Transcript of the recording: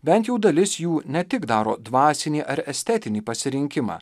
bent jau dalis jų ne tik daro dvasinį ar estetinį pasirinkimą